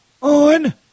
On